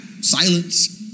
Silence